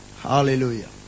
Hallelujah